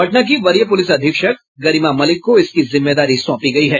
पटना की वरीय पुलिस अधीक्षक गरिमा मलिक को इसकी जिम्मेदारी सौंपी गयी है